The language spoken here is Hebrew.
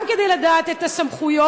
גם כדי לדעת את הסמכויות,